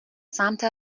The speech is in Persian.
سمت